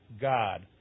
God